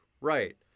right